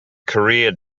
career